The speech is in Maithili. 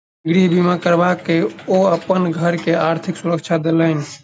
गृह बीमा करबा के ओ अपन घर के आर्थिक सुरक्षा देलैन